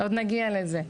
עוד נגיע לזה.